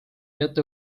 jätta